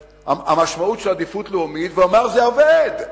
המשמעות של עדיפות לאומית ואמר שזה עובד.